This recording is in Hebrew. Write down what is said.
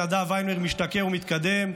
נדב וינברג משתקם ומתקדם,